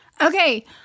Okay